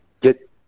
get